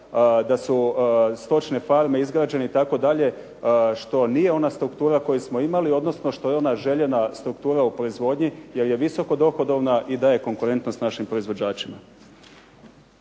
da su stočne farme izgrađene itd. što nije ona struktura koju smo imali, odnosno što je ona željena struktura u proizvodnji jer je visoko dohodovna i daje konkurentnost našim proizvođačima.